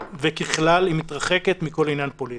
וככלל היא מתרחקת מכל עניין פוליטי.